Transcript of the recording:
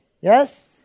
Yes